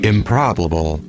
Improbable